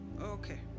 Okay